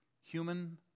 Human